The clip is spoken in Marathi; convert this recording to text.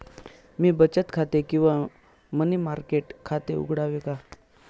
मी बचत खाते किंवा मनी मार्केट खाते उघडावे का?